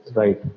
right